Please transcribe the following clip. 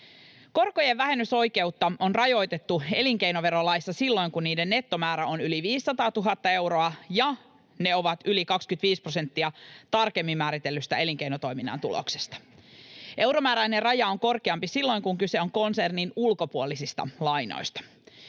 Korkojen vähennysoikeutta on rajoitettu elinkeinoverolaissa silloin, kun niiden nettomäärä on yli 500 000 euroa ja ne ovat yli 25 prosenttia tarkemmin määritellystä elinkeinotoiminnan tuloksesta. Euromääräinen raja on korkeampi silloin, kun kyse on konsernin ulkopuolisista lainoista.